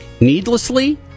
needlessly